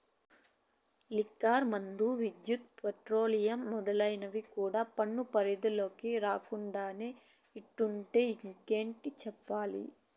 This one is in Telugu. లిక్కర్ మందు, విద్యుత్, పెట్రోలియం మొదలైనవి కూడా పన్ను పరిధిలోకి రాకుండానే ఇట్టుంటే ఇంకేటి చెప్పాలి